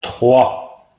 trois